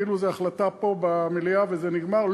כאילו זו החלטה פה במליאה וזה נגמר.